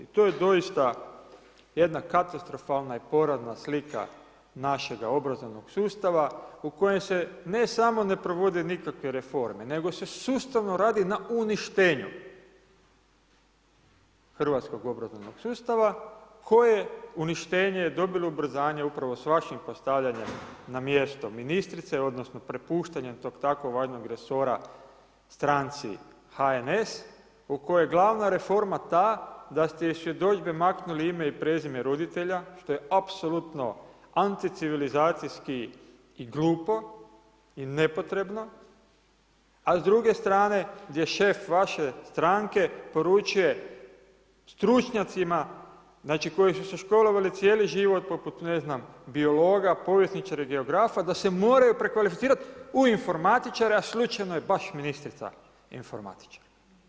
To je doista jedna katastrofalna i porazna slika našega obrazovnog sustava u kojem se ne samo ne provode nikakve reforme nego se sustavno radi na uništenju hrvatskog obrazovnog sustava koje uništenje je dobilo ubrzanje upravo s vašim postavljanjem na mjesto ministrice odnosno prepuštanjem tog tako važnog resora stranci HNS u kojoj je glavna reforma ta da ste iz svjedodžbe maknuli ime i prezime roditelja što je apsolutno anticivilizacijski i glupo i nepotrebno a s druge strane gdje šef vaše stranke poručuje stručnjacima, znači koji su se školovali cijeli život poput ne znam, biologa, povjesničara i geografa da se moraju prekvalificirati u informatičara, slučajno je baš ministrica informatičar.